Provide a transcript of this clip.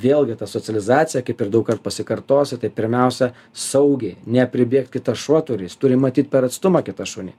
vėlgi ta socializacija kaip ir daugkart pasikartosiu tai pirmiausia saugiai ne pribėgt kitas šuo turi jis turi matyt per atstumą kitą šunį